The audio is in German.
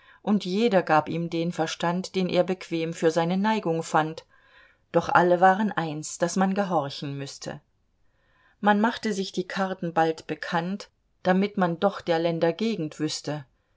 und jeder gab ihm den verstand den er bequem für seine neigung fand doch alle waren eins daß man gehorchen müßte man machte sich die karten bald bekannt damit man doch der länder gegend wüßte